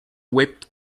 whipped